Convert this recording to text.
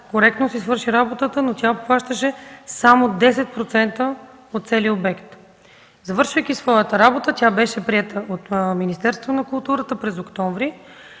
коректно си свърши работата, но тя обхващаше само 10% от целия обект. Завършвайки своята работа тя беше приета от Министерството на културата през октомври